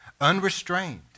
Unrestrained